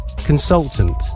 Consultant